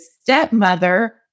stepmother